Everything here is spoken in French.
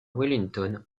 wellington